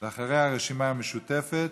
אחריה, הרשימה המשותפת,